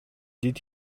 did